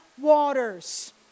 waters